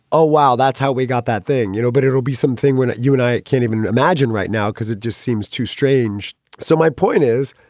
oh, wow. that's how we got that thing. you know, but it will be something when you and i can't even imagine right now because it just seems too strange so my point is,